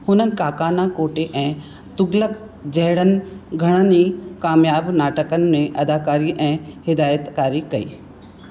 हुननि काकाना कोटे ऐं तुग़लक जहिड़नि घणनि ई कामयाबु नाटकनि में अदाकारी ऐं हिदायतकारी कई